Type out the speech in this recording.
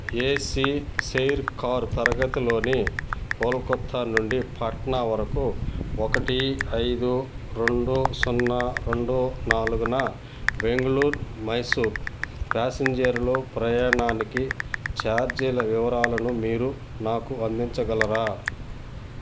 AC chair car తరగతిలోని కోల్కొత్తా నుండి పాట్నా వరకు ఒకటి ఐదు రెండు సున్నా రెండు నాలుగున బెంగళూరు మైసూర్ ప్యాసింజర్లో ప్రయాణానికి ఛార్జీల వివరాలను మీరు నాకు అందించగలరా